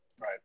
Right